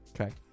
Okay